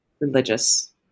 religious